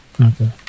Okay